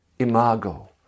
Imago